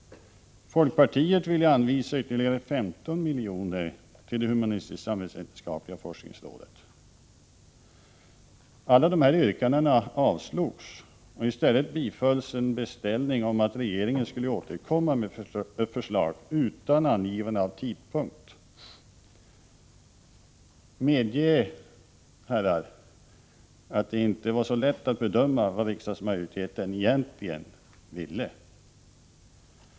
Folkpartiet ville anvisa ytterligare 15 miljoner till det humanistisk-samhällsvetenskapliga forskningsrådet. Alla dessa yrkanden avslogs, och i stället bifölls en beställning om att regeringen skulle återkomma med förslag, utan angivande av tidpunkt. Medge, herrar, att det inte var lätt att bedöma vad riksdagsmajoriteten egentligen ville!